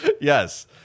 Yes